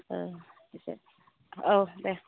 ओ औ देह